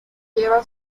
lleva